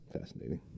fascinating